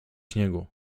śniegu